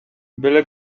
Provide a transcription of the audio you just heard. byle